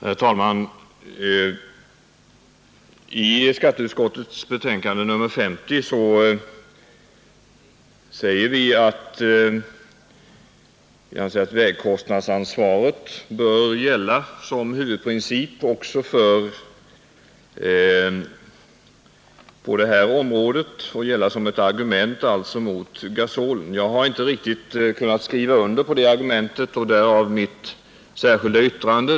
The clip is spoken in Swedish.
Herr talman! I skatteutskottets betänkande nr 50 anföres som ett argument mot gasolen att vägkostnadsansvaret bör gälla som huvudprincip också på detta område. Jag har inte kunnat skriva under detta; därav mitt särskilda yttrande.